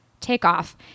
takeoff